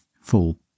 full